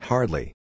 Hardly